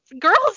girl's